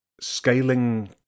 scaling